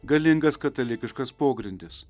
galingas katalikiškas pogrindis